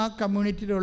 community